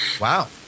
Wow